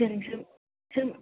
சரிங்க sir sir